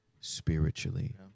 spiritually